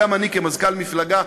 גם אני כמזכ"ל המפלגה,